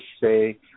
say